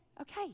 okay